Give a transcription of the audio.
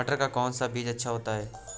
मटर का कौन सा बीज अच्छा होता हैं?